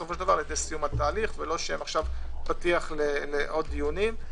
סיום התהליך ולא שיהיו פתיח לעוד דיונים.